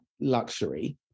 luxury